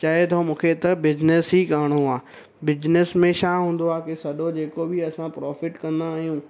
चए थो मूंखे त बिजनेस ही करिणो आहे बिजनेस में छा हूंदो आहे की सॼो जेको बि असां प्रॉफिट कंदा आहियूं